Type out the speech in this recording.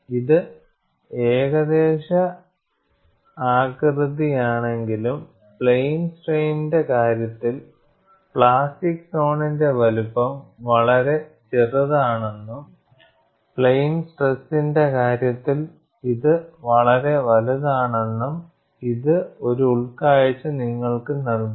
ഇത് ഏകദേശ ആകൃതിയാണെങ്കിലും പ്ലെയിൻ സ്ട്രെയിനിന്റെകാര്യത്തിൽ പ്ലാസ്റ്റിക് സോണിന്റെ വലുപ്പം വളരെ ചെറുതാണെന്നും പ്ലെയിൻ സ്ട്രെസിന്റെ കാര്യത്തിൽ ഇത് വളരെ വലുതാണെന്നും ഇത് ഒരു ഉൾക്കാഴ്ച നിങ്ങൾക്ക് നൽകുന്നു